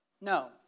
No